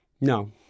no